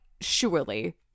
surely